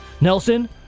Nelson